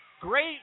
Great